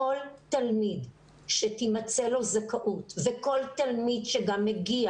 כל תלמיד שתימצא לו זכאות וכל תלמיד שגם מגיע